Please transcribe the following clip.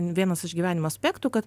vienas iš gyvenimo aspektų kad